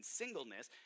singleness